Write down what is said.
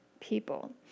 people